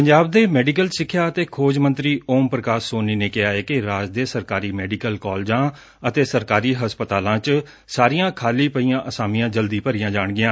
ਪੰਜਾਬ ਦੇ ਮੈਡੀਕਲ ਸਿੱਖਿਆ ਅਤੇ ਖੋਜ ਮੰਤਰੀ ਓਮ ਪੁਕਾਸ਼ ਸੋਨੀ ਨੇ ਕਿਹਾ ਏ ਕਿ ਰਾਜ ਦੇ ਸਰਕਾਰੀ ਮੈਡੀਕਲ ਕਾਲਜਾਂ ਅਤੇ ਸਰਕਾਰੀ ਹਸਪਤਾਲਾਂ ਚ ਸਾਰੀਆਂ ਖਾਲੀ ਪਈਆਂ ਅਸਾਮੀਆਂ ਜਲਦੀ ਭਰੀਆਂ ਜਾਣਗੀਆਂ